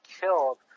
killed